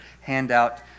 handout